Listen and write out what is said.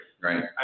right